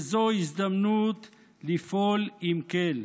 וזו הזדמנות לפעול עם ק-ל.